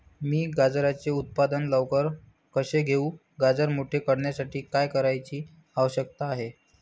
मी गाजराचे उत्पादन लवकर कसे घेऊ? गाजर मोठे करण्यासाठी काय करण्याची आवश्यकता आहे?